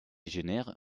génère